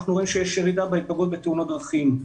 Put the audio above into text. אנחנו רואים שיש ירידה בהיפגעות מתאונות דרכים.